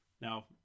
Now